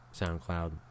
SoundCloud